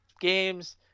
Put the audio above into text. games –